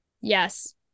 yes